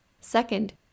Second